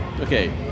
Okay